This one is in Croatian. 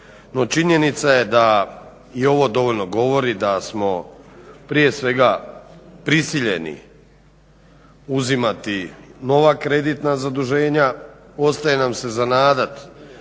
činjenica je da i ovo dovoljno govori da smo prije svega prisiljeni uzimati nova kreditna zaduženja. Ostaje nam se za nadat,